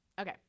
Okay